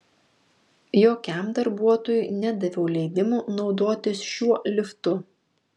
jokiam darbuotojui nedaviau leidimo naudotis šiuo liftu